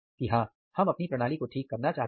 कि हां हम अपनी प्रणाली को ठीक करना चाहते हैं